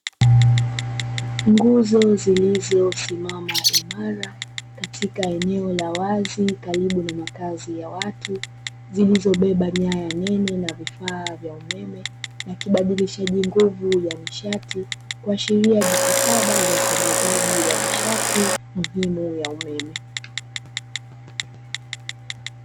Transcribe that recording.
Nguzo zilizosimama imara katika eneo la wazi karibu na makazi ya watu zilizobeba nyaya nene na vifaa vya umeme na kibadilishaji nguvu ya nishati kuashiria jitihada za usambazaji wa nishati muhimu ya umeme.